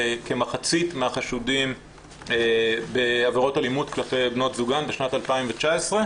לכמחצית מהחשודים בעבירות אלימות כלפי בנות זוגן בשנת 2019,